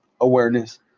awareness